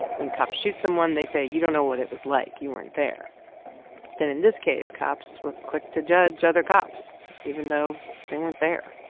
when a cop shoots someone, they say, you don't know what it was like. you weren't there but then, in this case, cops were quick to judge other cops even though they weren't there.